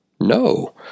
No